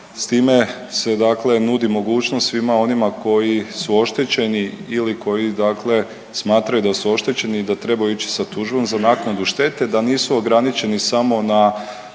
S time se dakle nudi mogućnost svima onima koji su oštećeni ili koji, dakle smatraju da su oštećeni i da trebaju ići sa tužbom za naknadu štete da nisu ograničeni samo na